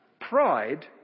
Pride